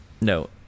No